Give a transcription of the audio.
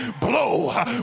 blow